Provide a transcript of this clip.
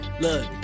look